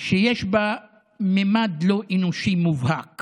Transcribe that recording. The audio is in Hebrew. שיש בה ממד לא אנושי מובהק